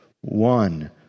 one